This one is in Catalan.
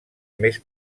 més